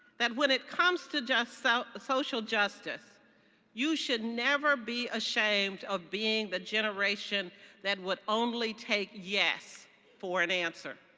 that when it comes to jus social justice you should never be ashamed of being the generation that would only take yes for an answer.